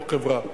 בתוך חברה.